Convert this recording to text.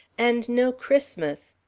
and no christmas.